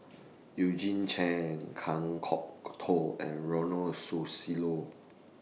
Eugene Chen Kan Kwok Toh and Ronald Susilo